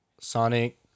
Sonic